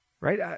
right